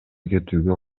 кетүүгө